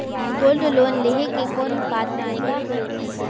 Gold loan लेहे के कौन पात्रता होएल?